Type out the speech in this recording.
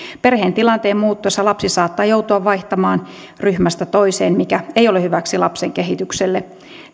perheen tilanteen muuttuessa lapsi saattaa joutua vaihtamaan ryhmästä toiseen mikä ei ole hyväksi lapsen kehitykselle